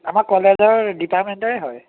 আমাৰ কলেজৰ ডিপাৰমেন্টৰে হয়